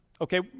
Okay